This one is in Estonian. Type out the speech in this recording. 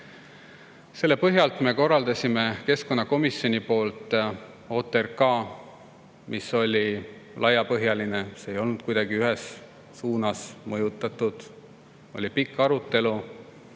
Selle põhjal korraldas keskkonnakomisjon OTRK, mis oli laiapõhjaline, see ei olnud kuidagi ühes suunas mõjutatud. Oli pikk arutelu,